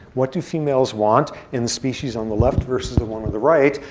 what do females want in the species on the left versus the one on the right?